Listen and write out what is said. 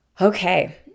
Okay